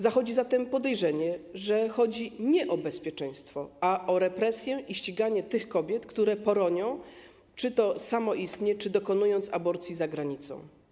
Zachodzi zatem podejrzenie, że nie chodzi o bezpieczeństwo, a o represje i ściganie tych kobiet, które poronią, czy to samoistnie, czy dokonując aborcji za granicą.